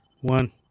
One